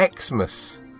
Xmas